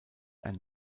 ein